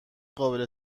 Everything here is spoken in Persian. قابل